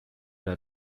der